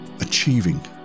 Achieving